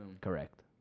Correct